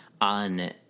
on